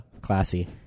classy